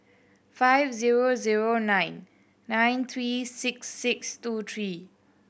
five zero zero nine nine three six six two three